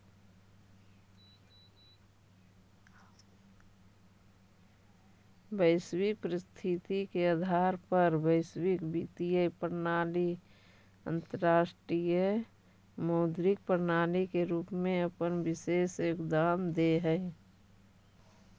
वैश्विक परिस्थिति के आधार पर वैश्विक वित्तीय प्रणाली अंतरराष्ट्रीय मौद्रिक प्रणाली के रूप में अपन विशेष योगदान देऽ हई